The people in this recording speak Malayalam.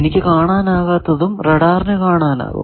എനിക്ക് കാണാനാകാത്തതും റഡാറിനു കാണാനാകും